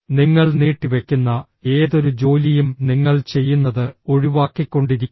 നിങ്ങൾ നീട്ടിവെക്കുന്ന ഏതൊരു ജോലിയും നിങ്ങൾ ചെയ്യുന്നത് ഒഴിവാക്കിക്കൊണ്ടിരിക്കും